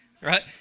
right